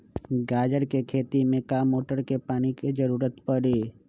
गाजर के खेती में का मोटर के पानी के ज़रूरत परी?